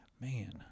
man